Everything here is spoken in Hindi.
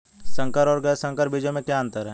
संकर और गैर संकर बीजों में क्या अंतर है?